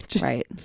right